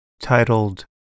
titled